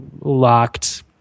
locked